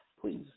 Please